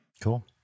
Cool